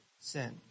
Sin